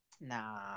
Nah